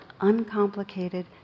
uncomplicated